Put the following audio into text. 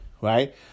Right